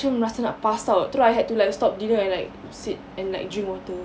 arbitrage whom return are passed out through I had to like stop didn't like sit and drink water